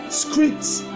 scripts